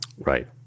Right